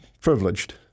privileged